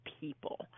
people